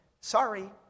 sorry